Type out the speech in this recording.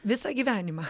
visą gyvenimą